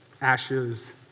ashes